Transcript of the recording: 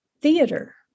theater